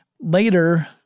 later